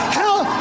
hell